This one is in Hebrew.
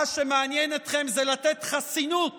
מה שמעניין אתכם זה לתת חסינות